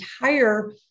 entire